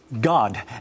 God